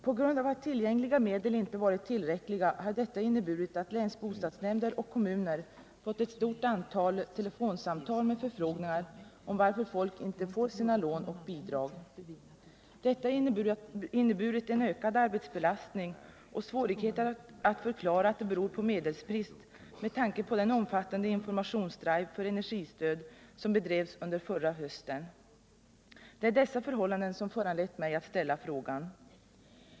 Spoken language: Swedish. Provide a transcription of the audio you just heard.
På grund av att tillgängliga medel inte varit tillräckliga har länsbostadsnämnder och kommuner fått ett stort antal telefonsamtal med förfrågningar om varför folk inte får sina lån och bidrag. Detta har inneburit en ökad arbetsbelastning och svårigheter att förklara att det beror på medelsbrist med tanke på den omfattande informationsdrive för energistöd som bedrevs under förra hösten. Det är dessa förhållanden som föranlett mig att ställa frågan.